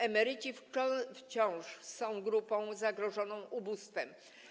Emeryci wciąż są grupą zagrożoną ubóstwem.